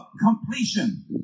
completion